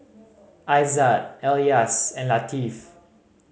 Aizat Elyas and Latif